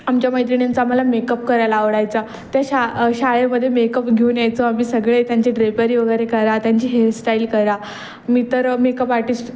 आमच्या मैत्रिणींचा आम्हाला मेकअप करायला आवडायचा त्या शा शाळेमध्ये मेकप घेऊन यायचो आम्ही सगळे त्यांची ड्रेपरी वगैरे करा त्यांची हेअरस्टाईल करा मी तर मेकअप आर्टिस्ट